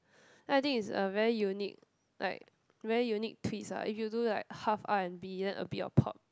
then I think it's a very unique like very unique twist ah if you do like half R and B then a bit of pop